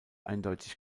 eindeutig